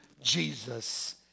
Jesus